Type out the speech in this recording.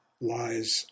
lies